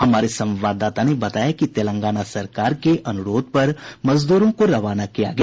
हमारे संवाददाता ने बताया कि तेलंगाना सरकार के अनुरोध पर मजदूरों को रवाना किया गया